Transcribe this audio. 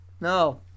No